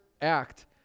act